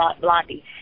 Blondie